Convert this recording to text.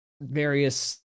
various